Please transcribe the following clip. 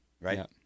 right